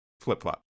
flip-flop